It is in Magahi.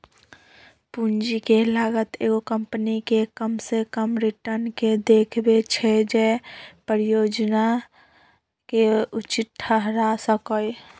पूंजी के लागत एगो कंपनी के कम से कम रिटर्न के देखबै छै जे परिजोजना के उचित ठहरा सकइ